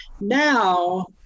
Now